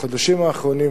בחודשים האחרונים,